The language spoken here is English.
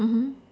mmhmm